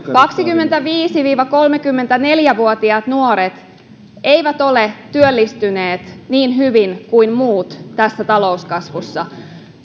kaksikymmentäviisi viiva kolmekymmentäneljä vuotiaat nuoret eivät ole työllistyneet niin hyvin kuin muut tässä talouskasvussa